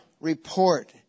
report